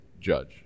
judge